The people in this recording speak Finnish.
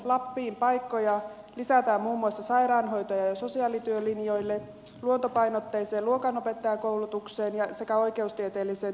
lappiin paikkoja lisätään muun muassa sairaanhoitaja ja sosiaalityölinjoille luontopainoitteiseen luokanopettajakoulutukseen sekä oikeustieteelliseen tiedekuntaan